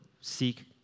seek